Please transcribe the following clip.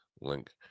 link